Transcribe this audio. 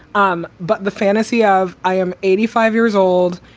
um but the fantasy of i am eighty five years old,